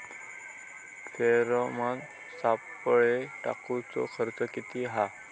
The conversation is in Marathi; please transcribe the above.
फेरोमेन सापळे टाकूचो खर्च किती हा?